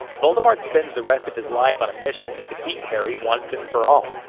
voldemort spends the rest of his life on a mission to defeat harry once and for all.